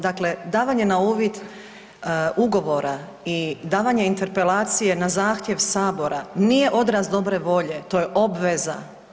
Dakle davanje na uvid ugovora i davanje interpelacije na zahtjev Sabora nije odraz dobre volje, to je obveza.